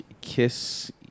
Kiss